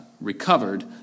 Recovered